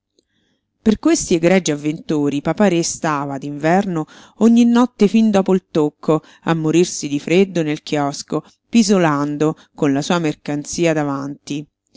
per questi egregi avventori papa-re stava d'inverno ogni notte fin dopo il tocco a morirsi di freddo nel chiosco pisolando con la sua mercanzia davanti